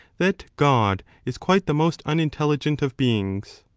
that god is quite the most unintelligent of beings.